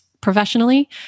professionally